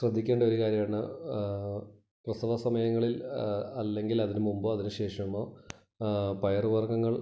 ശ്രദ്ധിക്കേണ്ട ഒരു കാര്യമാണ് പ്രസവ സമയങ്ങളിൽ അല്ലെങ്കിലതിന് മുമ്പോ അതിനു ശേഷമോ പയറ് വർഗ്ഗങ്ങൾ